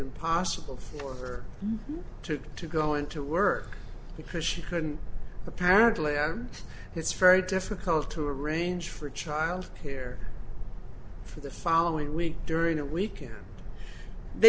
impossible for her to get to go into work because she couldn't apparently it's very difficult to arrange for child care for the following week during the week and the